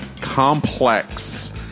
complex